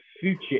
future